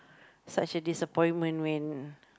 such a disappointment when